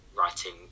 writing